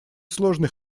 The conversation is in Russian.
сложный